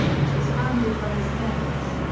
which was founded by his parents.